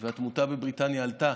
והתמותה בבריטניה עלתה,